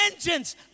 vengeance